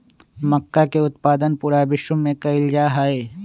मक्का के उत्पादन पूरा विश्व में कइल जाहई